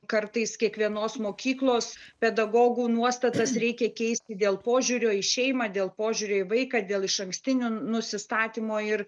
kartais kiekvienos mokyklos pedagogų nuostatas reikia keisti dėl požiūrio į šeimą dėl požiūrio į vaiką dėl išankstinio nusistatymo ir